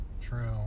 True